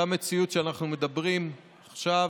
אותה מציאות שאנחנו מדברים עליה עכשיו.